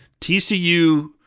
TCU